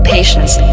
Patience